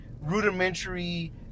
rudimentary